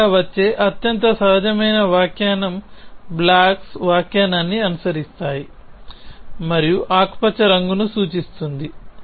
ప్రధానంగా వచ్చే అత్యంత సహజమైన వ్యాఖ్యానం బ్లాక్స్ వ్యాఖ్యానాన్ని అనుసరిస్తాయి మరియు ఆకుపచ్చ రంగును సూచిస్తుంది